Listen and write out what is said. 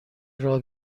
راه